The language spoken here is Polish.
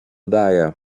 daje